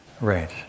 right